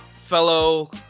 fellow